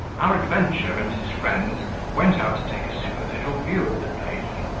our adventurer and his friends went out to take a superficial view of the place,